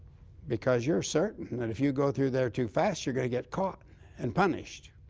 because you're certain that if you go through there too fast, you're going to get caught and punished.